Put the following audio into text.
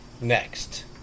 next